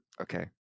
Okay